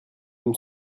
aime